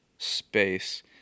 space